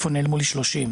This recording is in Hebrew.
לאיפה נעלמו 30?